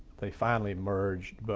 they finally merged, but